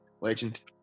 Legend